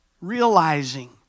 Realizing